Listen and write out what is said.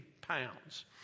pounds